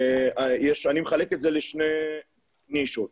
אני מחלק את זה לשתי נישות.